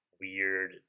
weird